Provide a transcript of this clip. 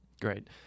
Great